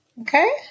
Okay